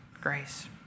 Grace